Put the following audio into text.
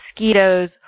mosquitoes